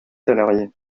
salariés